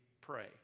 pray